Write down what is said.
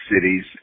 cities